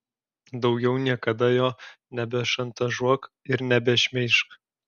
daugiau niekada jo nebešantažuok ir nebešmeižk